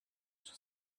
sur